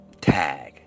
tag